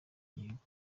gihugu